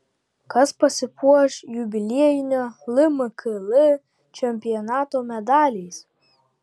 kas pasipuoš jubiliejinio lmkl čempionato medaliais